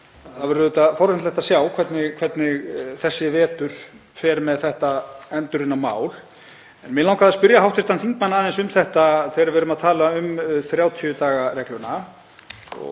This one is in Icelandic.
Það verður forvitnilegt að sjá hvernig þessi vetur fer með þetta endurunna mál. Mig langaði að spyrja hv. þingmann aðeins um þetta þegar við erum að tala um 30 daga regluna.